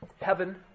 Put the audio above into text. Heaven